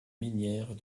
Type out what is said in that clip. minière